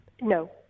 no